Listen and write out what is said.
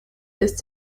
ist